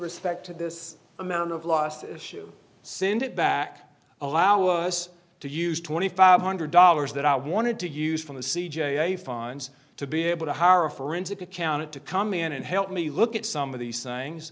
respect to this amount of lost shoe syndic back allow us to use twenty five hundred dollars that i wanted to use from the c j a fonz to be able to hire a forensic accountant to come in and help me look at some of these things